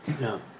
no